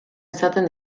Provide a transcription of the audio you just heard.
izaten